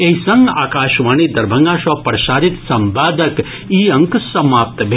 एहि संग आकाशवाणी दरभंगा सँ प्रसारित संवादक ई अंक समाप्त भेल